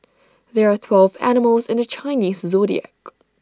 there are twelve animals in the Chinese Zodiac